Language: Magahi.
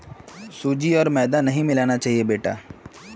सूजी आर मैदा नई मिलाना चाहिए बेटा